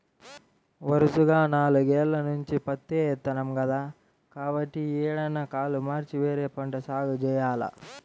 వరసగా నాలుగేల్ల నుంచి పత్తే ఏత్తన్నాం కదా, కాబట్టి యీ ఏడన్నా కాలు మార్చి వేరే పంట సాగు జెయ్యాల